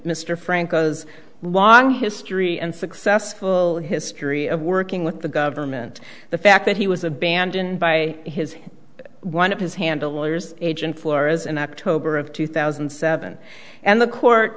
mr franco's long history and successful history of working with the government the fact that he was abandoned by his one of his handlers agent flores in october of two thousand and seven and the court